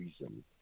reason